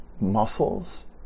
muscles